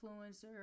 influencer